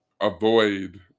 avoid